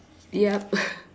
yup